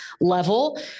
level